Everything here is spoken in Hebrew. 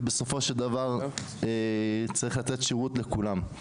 ובסופו של דבר צריך לתת שירות לכולם.